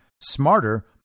smarter